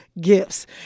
gifts